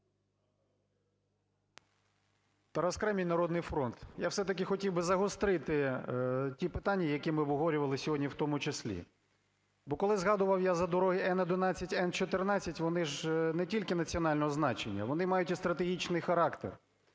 Тарас Кремінь, "Народний фронт". Я все-таки хотів би загострити ті питання, які ми обговорювали в тому числі. Бо, коли згадував я за дороги Н-11, Н-14, вони ж не тільки національного значення, вони мають і стратегічний характер.